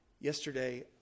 Yesterday